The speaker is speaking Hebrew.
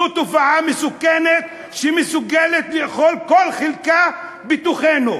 זו תופעה מסוכנת, מסוכנת לכל חלקה בתוכנו.